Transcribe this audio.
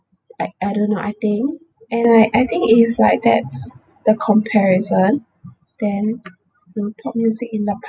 like I don't know I think and like I think if like that's the comparison then the pop music in the